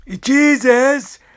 Jesus